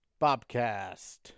Bobcast